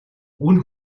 үнэ